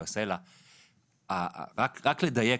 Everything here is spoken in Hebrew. רק אדייק,